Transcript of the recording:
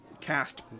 cast